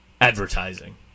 advertising